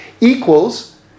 equals